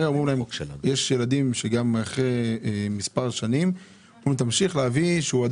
יש ילדים שגם אחרי מספר שנים אומרים שימשיך להביא אישורים שהילד